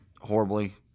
horribly